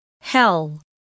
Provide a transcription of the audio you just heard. Hell